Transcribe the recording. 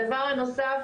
דבר נוסף,